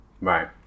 right